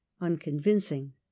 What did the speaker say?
unconvincing